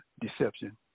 deception